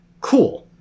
cool